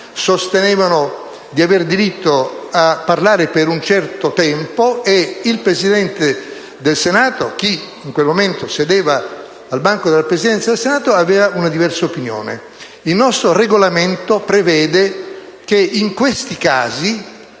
sostenevano di avere diritto a parlare per un certo tempo e il Presidente del Senato (chi in quel momento sedeva al banco della Presidenza del Senato) aveva una diversa opinione. Il nostro Regolamento prevede che in questi casi